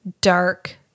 dark